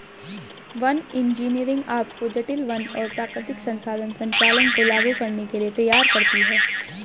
one engineering आपको जटिल वन और प्राकृतिक संसाधन संचालन को लागू करने के लिए तैयार करती है